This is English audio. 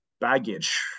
baggage